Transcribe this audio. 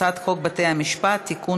הצעת חוק בתי-המשפט (תיקון,